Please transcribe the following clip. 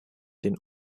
den